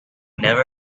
never